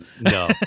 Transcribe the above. no